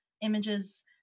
images